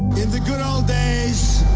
in the good ol' days,